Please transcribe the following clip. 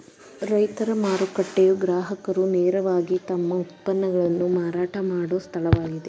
ರೈತರ ಮಾರುಕಟ್ಟೆಯು ಗ್ರಾಹಕರು ನೇರವಾಗಿ ತಮ್ಮ ಉತ್ಪನ್ನಗಳನ್ನು ಮಾರಾಟ ಮಾಡೋ ಸ್ಥಳವಾಗಿದೆ